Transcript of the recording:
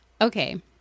Okay